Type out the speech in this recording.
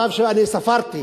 אני ספרתי.